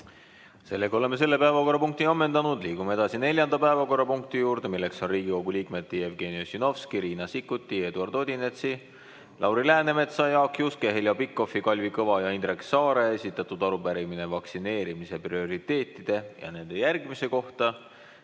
Oleme selle päevakorrapunkti ammendanud. Liigume edasi neljanda päevakorrapunkti juurde, milleks on Riigikogu liikmete Jevgeni Ossinovski, Riina Sikkuti, Eduard Odinetsi, Lauri Läänemetsa, Jaak Juske, Heljo Pikhofi, Kalvi Kõva ja Indrek Saare esitatud arupärimine vaktsineerimise prioriteetide ja nende järgimise kohta.